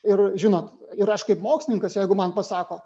ir žinot ir aš kaip mokslininkas jeigu man pasako